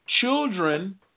Children